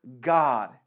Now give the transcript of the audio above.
God